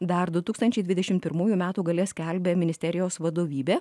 dar du tūkstančiai dvidešim pirmųjų metų gale skelbė ministerijos vadovybė